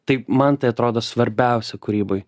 tai man tai atrodo svarbiausia kūryboj